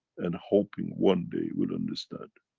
and hoping one day will understand.